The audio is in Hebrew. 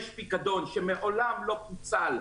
יש פיקדון שמעולם לא פוצל,